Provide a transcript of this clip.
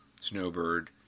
Snowbird